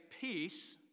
peace